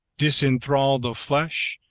disenthralled of flesh,